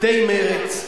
מתפקדי מרצ,